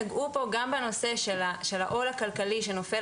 נגעו פה גם בנושא של העול הכלכלי שנופל